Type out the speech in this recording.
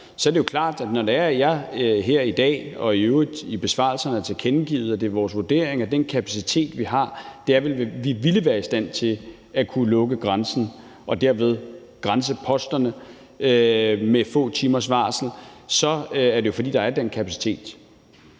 er det jo klart, at når jeg her i dag og i øvrigt i besvarelserne har tilkendegivet, at det er vores vurdering, at med den kapacitet, vi har, ville vi være i stand til at lukke grænserne og derved grænseposterne med få timers varsel, så er det jo, fordi der er den kapacitet.